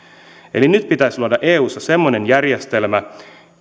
eli nyt pitäisi luoda eussa semmoinen järjestelmä